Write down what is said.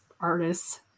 artists